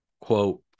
quote